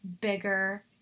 bigger